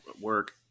work